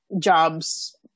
Jobs